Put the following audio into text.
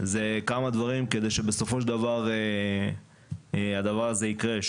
זה כמה דברים כדי שבסופו של דבר הדבר הזה יקרה,